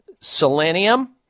selenium